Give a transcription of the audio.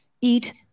eat